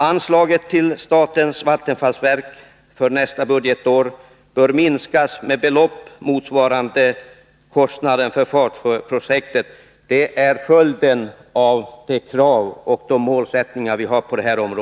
Anslaget till statens vattenfallsverk för nästa budgetår bör minskas med ett belopp motsvarande kostnaden för Fatsjöprojektet. Det är en följd av de krav och målsättningar som vi har i den frågan.